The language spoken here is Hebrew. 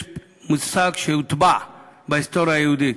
יש מושג שהוטבע בהיסטוריה היהודית,